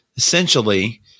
Essentially